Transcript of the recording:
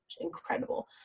incredible